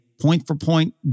point-for-point